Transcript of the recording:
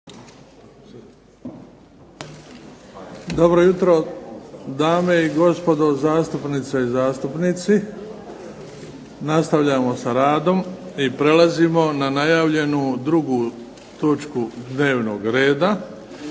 Dobro jutro, dame i gospodo zastupnice i zastupnici. Nastavljamo s radom i prelazimo na najavljenu 2. točku dnevnog reda